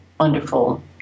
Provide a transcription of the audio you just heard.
Wonderful